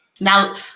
Now